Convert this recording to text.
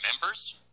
members